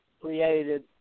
created